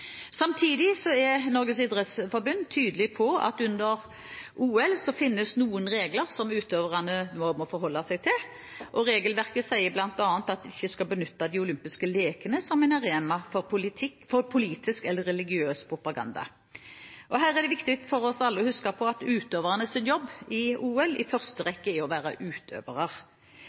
Samtidig er Norges idrettsforbund tydelige på at det under OL finnes noen regler som utøverne må forholde seg til. Regelverket sier bl.a. at man ikke skal benytte de olympiske leker som en arena for politisk eller religiøs propaganda. Her er det viktig for oss alle å huske på at utøvernes jobb i OL i første rekke er å være utøvere.